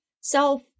self